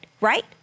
right